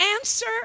answer